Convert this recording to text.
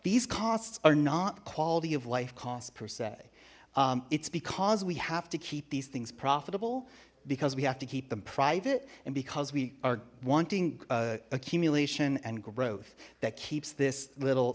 these costs are not quality of life cost per se it's because we have to keep these things profitable because we have to keep them private and because we are wanting accumulation and growth that keeps this little